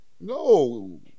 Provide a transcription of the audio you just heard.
No